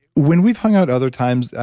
when we've hung out other times,